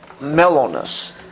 mellowness